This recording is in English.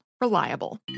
reliable